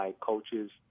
Coaches